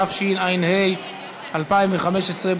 התשע"ה 2015,